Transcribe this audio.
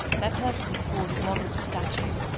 their persons afforded models for statues,